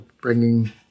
bringing